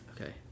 Okay